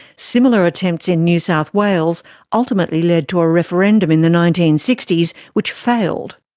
similar attempts in new south wales ultimately lead to a referendum in the nineteen sixty s, which failed.